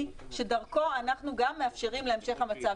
שדרכו אנחנו גם מאפשרים את המשך המצב.